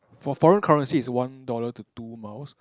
for foreign currency is one dollar to two miles